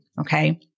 Okay